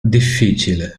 difficile